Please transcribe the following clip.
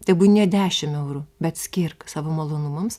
tebūnie dešim eurų bet skirk savo malonumams